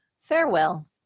Farewell